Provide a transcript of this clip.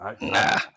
Nah